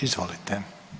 Izvolite.